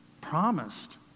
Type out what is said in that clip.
promised